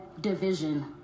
division